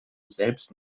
selbst